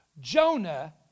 Jonah